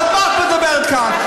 על מה את מדברת כאן?